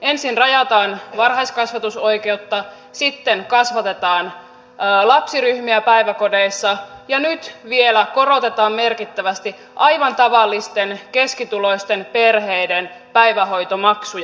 ensin rajataan varhaiskasvatusoikeutta sitten kasvatetaan lapsiryhmiä päiväkodeissa ja nyt vielä korotetaan merkittävästi aivan tavallisten keskituloisten perheiden päivähoitomaksuja